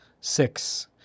Six